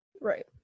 Right